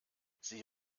sie